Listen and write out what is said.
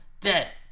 dead